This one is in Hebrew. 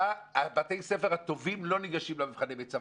בתי הספר הטובים לא ניגשים למבחני מיצ"ב,